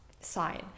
sign